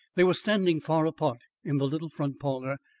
they were standing far apart in the little front parlour,